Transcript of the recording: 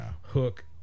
Hook